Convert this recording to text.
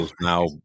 Now